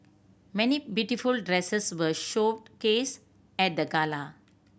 many beautiful dresses were showcased at the gala